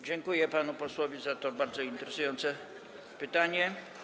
Dziękuję panu posłowi za to bardzo interesujące pytanie.